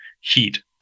heat